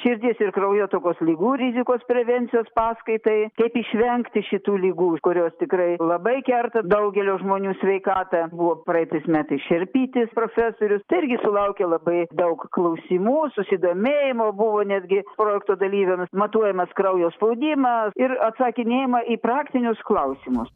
širdies ir kraujotakos ligų rizikos prevencijos paskaitai kaip išvengti šitų ligų kurios tikrai labai kerta daugelio žmonių sveikatą buvo praeitais metais šerpytis profesorius tai irgi sulaukė labai daug klausimų susidomėjimo buvo netgi projekto dalyviam matuojamas kraujo spaudimą ir atsakinėjima į praktinius klausimus